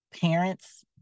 parents